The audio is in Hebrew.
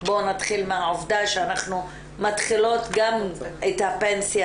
בוא נתחיל מהעובדה שאנחנו מתחילות גם את הפנסיה